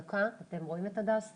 דקה, אתם רואים את הדס?